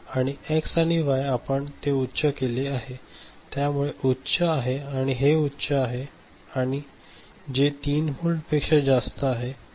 आणि एक्स आणि वाय आपण ते उच्च केले आहे त्यामुळे हे उच्च आहे आणि हे उच्च आहे जे 3 व्होल्टपेक्षा जास्त आहे